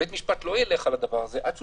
בית המשפט לא ילך על הדבר הזה עד שהוא